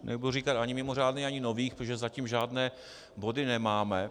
Nebudu říkat ani mimořádných ani nových, protože zatím žádné body nemáme.